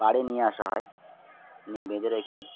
পাড়ে নিয়ে আসা হয় নিয়ে বেঁধে রেখে